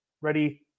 Ready